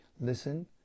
listen